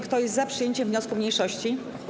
Kto jest za przyjęciem wniosku mniejszości?